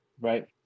Right